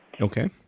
Okay